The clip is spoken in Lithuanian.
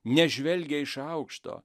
nežvelgia iš aukšto